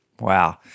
Wow